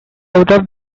out